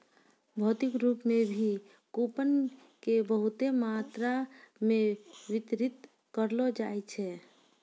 भौतिक रूप से भी कूपन के बहुते मात्रा मे वितरित करलो जाय छै